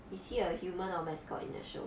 is he a human or mascot in their show